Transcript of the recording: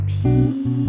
Peace